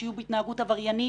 שיהיו בהתנהגות עבריינית,